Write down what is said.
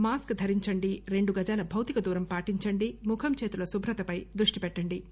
mask ధరించండి రెండు గజాల భౌతిక దూరం పాటించండి ముఖం చేతుల శుభ్రతపై దృష్టి పెట్టండి